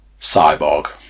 Cyborg